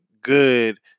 good